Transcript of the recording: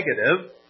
negative